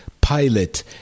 Pilot